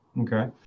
Okay